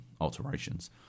alterations